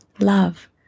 love